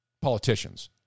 Politicians